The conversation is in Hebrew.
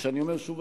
ואני אומר שוב,